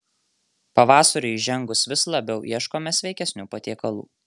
pavasariui įžengus vis labiau ieškome sveikesnių patiekalų